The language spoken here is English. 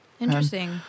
Interesting